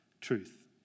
Truth